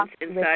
inside